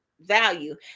Value